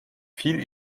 viel